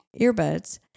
earbuds